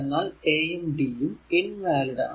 എന്നാൽ a യും d യും ഇൻ വാലിഡ് ആണ്